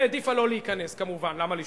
העדיפה לא להיכנס, כמובן, למה לשמוע?